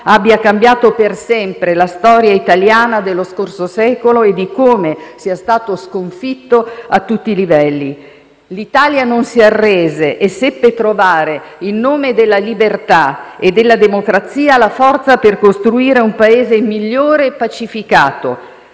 abbia cambiato per sempre la storia italiana dello scorso secolo e di come sia stato sconfitto a tutti i livelli. L'Italia non si arrese e seppe trovare, in nome della libertà e della democrazia, la forza per costruire un Paese migliore e pacificato.